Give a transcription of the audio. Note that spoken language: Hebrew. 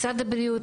משרד הבריאות,